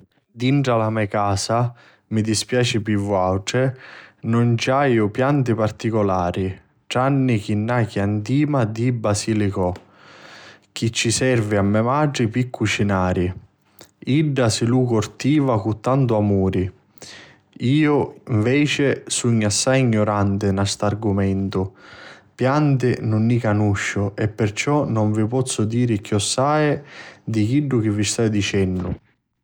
Dintra la me casa, mi dispiaci pi vuatri, nun ci haiu pianti particulari tranni chi na chiantima di basilicò chi ci servi a me matri pi cucinari. Idda si lu curtiva cu tantu amuri. Iu nveci sugnu assai gnuranti nta st'argumentu. Pianti nun ni canusciu e perciò nun vi pozzu diri chiossai di chiddu chi vi staiu dicennu.